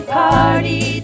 party